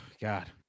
God